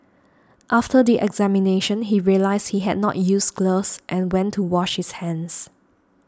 after the examination he realised he had not used gloves and went to wash his hands